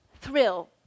thrill